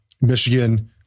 Michigan